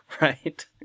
Right